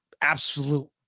absolute